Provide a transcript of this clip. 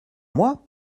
moi